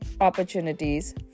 opportunities